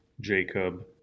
Jacob